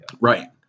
Right